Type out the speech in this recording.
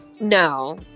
No